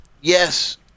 yes